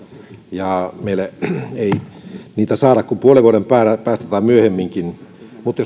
ja meille ei niitä saada kuin puolen vuoden päästä tai myöhemminkin mutta